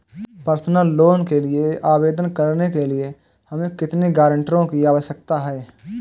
Personal loan के लिए आवेदन करने के लिए हमें कितने गारंटरों की आवश्यकता है?